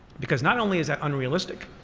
because not only is it unrealistic,